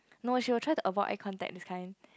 no she will try to avoid eye contact this kind